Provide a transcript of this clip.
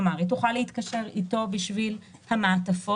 כלומר היא תוכל להתקשר אתו בשביל המעטפות,